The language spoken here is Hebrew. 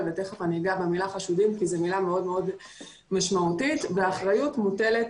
ותכף אגע במילה "חשודים" כי זו מילה מאוד משמעותית והאחריות מוטלת